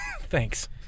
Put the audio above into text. Thanks